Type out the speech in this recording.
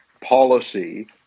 policy